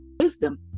wisdom